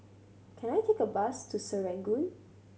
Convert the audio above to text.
can I take a bus to Serangoon